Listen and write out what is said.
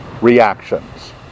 reactions